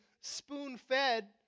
spoon-fed